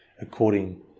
according